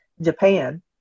japan